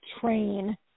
train